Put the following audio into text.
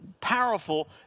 powerful